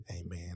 Amen